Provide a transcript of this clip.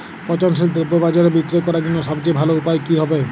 পচনশীল দ্রব্য বাজারে বিক্রয় করার জন্য সবচেয়ে ভালো উপায় কি হবে?